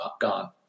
gone